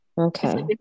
Okay